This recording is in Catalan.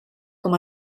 com